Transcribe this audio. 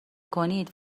کنید